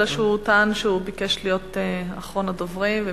אלא שהוא טען שהוא ביקש להיות אחרון הדוברים.